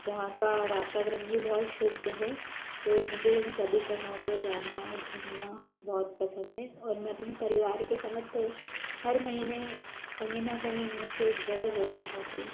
जहाँ का वातावरण भी बहुत शुद्ध है तो मुझे इन सभी जगहों पर जाना घूमना बहुत पसंद है और मैं अपने परिवार के साथ हर महीने कहीं न कहीं इनमें से एक जगह ज़रूर जाती हूँ